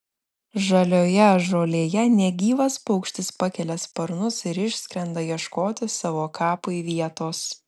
žalioje žolėje negyvas paukštis pakelia sparnus ir išskrenda ieškoti savo kapui vietos